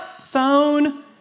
phone